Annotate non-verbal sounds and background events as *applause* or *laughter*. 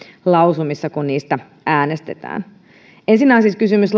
lausumissa kun niistä äänestetään ensinnä on siis kysymys *unintelligible*